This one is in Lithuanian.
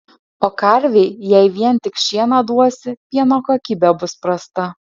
o karvei jei vien tik šieną duosi pieno kokybė bus prasta